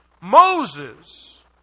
Moses